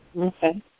Okay